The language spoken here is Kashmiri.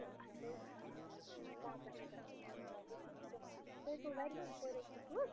تیُتھ اصٕل سُہ تہِ چھُ پانٛژن ہتن یُس مےٚ بیٚنہِ ہُنٛد تہِ چھُ پانٛژن ہتن سوے تُل وارِیاہو کوریو سُہ تُل